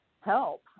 help